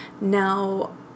Now